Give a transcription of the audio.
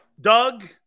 Doug